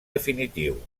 definitiu